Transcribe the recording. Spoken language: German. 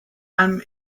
allem